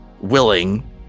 willing